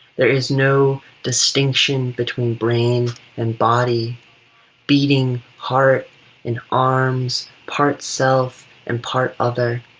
there is no distinction between brain and body beating heart and arms part self and part other.